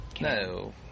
No